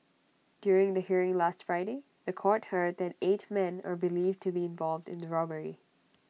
during the hearing last Friday The Court heard that eight men are believed to be involved in the robbery